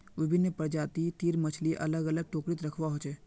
विभिन्न प्रजाति तीर मछली अलग अलग टोकरी त रखवा हो छे